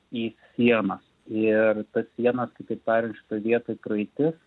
į sienas ir tas sienas kitaip tariant šitoj vietoj praeitis